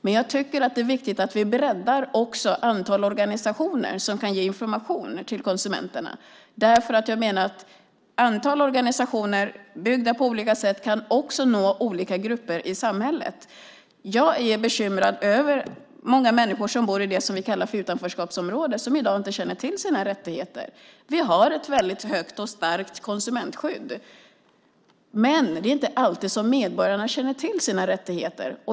Men jag tycker att det är viktigt att vi breddar antalet organisationer som kan ge information till konsumenterna. Jag menar att ett antal organisationer, byggda på olika sätt, kan nå olika grupper i samhället. Jag är bekymrad över många människor som bor i områden som vi kallar för utanförskapsområden och som inte känner till sina rättigheter. Vi har ett väldigt starkt konsumentskydd, men det är inte alltid som medborgarna känner till sina rättigheter.